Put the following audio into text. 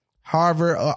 Harvard